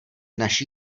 naší